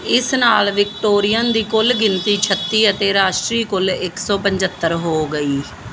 ਇਸ ਨਾਲ ਵਿਕਟੋਰੀਅਨ ਦੀ ਕੁੱਲ ਗਿਣਤੀ ਛੱਤੀ ਅਤੇ ਰਾਸ਼ਟਰੀ ਕੁੱਲ ਇੱਕ ਸੌ ਪੰਝੱਤਰ ਹੋ ਗਈ